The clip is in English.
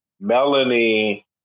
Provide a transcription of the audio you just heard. Melanie